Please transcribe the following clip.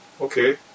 Okay